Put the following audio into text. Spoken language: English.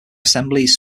assemblies